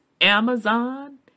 Amazon